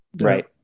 Right